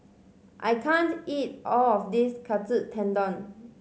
I can't eat all of this Katsu Tendon